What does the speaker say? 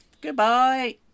Goodbye